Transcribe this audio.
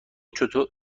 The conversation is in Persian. چطور